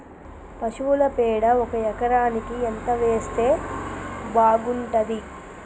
పశువుల పేడ ఒక ఎకరానికి ఎంత వేస్తే బాగుంటది?